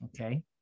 Okay